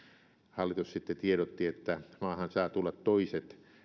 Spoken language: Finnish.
hallitus sitten tiedotti että maahan saa tulla toiset